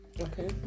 Okay